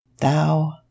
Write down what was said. thou